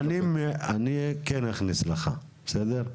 אני כן אכניס לך, בסדר?